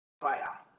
fire